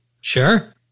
Sure